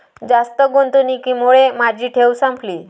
जास्त गुंतवणुकीमुळे माझी ठेव संपली